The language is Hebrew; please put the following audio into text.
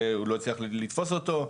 הוא לא הצליח לתפוס אותו,